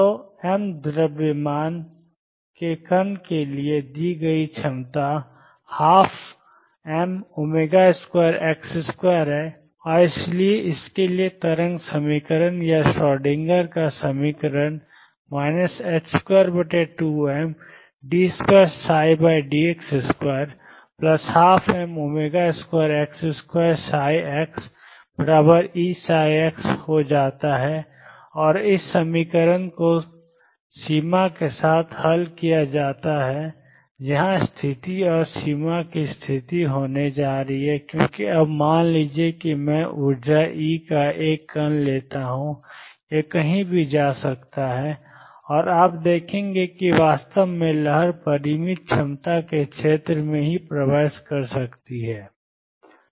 तो m द्रव्यमान के कण के लिए दी गई क्षमता 12m2x2है और इसलिए इसके लिए तरंग समीकरण या श्रोडिंगर का समीकरण 22md2dx2 12m2x2Eψ हो जाता है और इस समीकरण को सीमा के साथ हल किया जाना है यहाँ स्थिति और सीमा की स्थिति होने जा रही है क्योंकि अब मान लीजिए कि मैं ऊर्जा E का एक कण लेता हूँ यह कहीं भी जा सकता है और आप देखेंगे कि वास्तव में लहर परिमित क्षमता के क्षेत्र में भी प्रवेश कर सकती है